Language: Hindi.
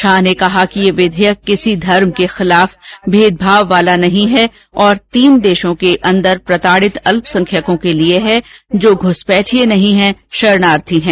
शाह ने कहा कि यह विधेयक किसी धर्म के खिलाफ भेदभाव वाला नहीं है और तीन देशों के अंदर प्रताडित अल्पसंख्यकों के लिए है जो घ्रसपैठिये नहीं शरणार्थी हैं